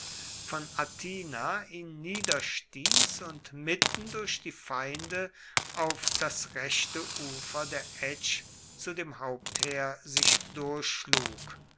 von atina ihn niederstieß und mitten durch die feinde auf das rechte ufer der etsch zu dem hauptheer sich durchschlug